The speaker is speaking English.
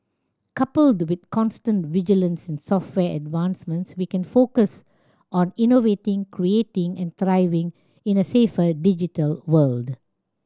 coupled with constant vigilance and software advancements we can focus on innovating creating and thriving in a safer digital world